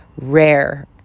rare